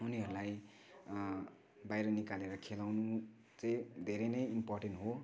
उनीहरूलाई बाहिर निकालेर खेलाउनु चाहिँ धेरै नै इम्पोरटेन्ट हो